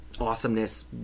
awesomeness